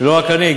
ולא רק אני,